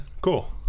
cool